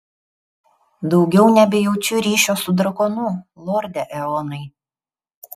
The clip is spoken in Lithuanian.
daugiau nebejaučiu ryšio su drakonu lorde eonai